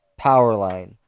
Powerline